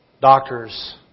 Doctors